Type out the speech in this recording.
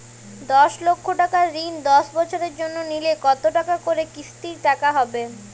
দশ লক্ষ টাকার ঋণ দশ বছরের জন্য নিলে কতো টাকা করে কিস্তির টাকা হবে?